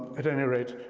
at any rate,